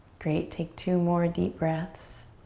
great, take two more deep breaths.